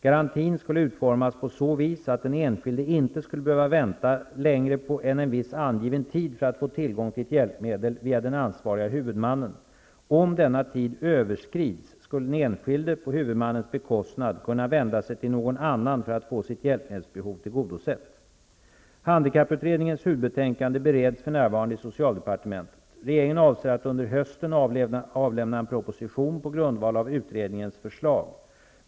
Garantin skulle utformas på så vis att den enskilde inte skulle behöva vänta längre än en viss angiven tid för att få tillgång till ett hjälpmedel via den ansvariga huvudmannen. Om denna tid överskrids skulle den enskilde, på huvudmannens bekostnad, kunna vända sig till någon annan för att få sitt hjälpmedelsbehov tillgodosett. Handikapputredningens huvudbetänkande bereds för närvarande i socialdepartementet. Regeringen avser att under hösten avlämna en proposition på grundval av utredningens förslag.